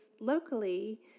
locally